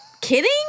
Kidding